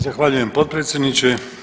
Zahvaljujem potpredsjedniče.